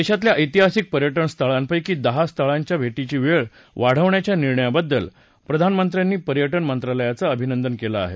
देशातल्या ऐतिहासिक पर्यटनस्थळांपैकी दहा स्थळांच्या भेटीची वेळ वाढवण्याच्या निर्णयाबद्दल प्रधानमंत्र्यांनी पर्यटन मंत्रालयाचं अभिनंदन केलं आहे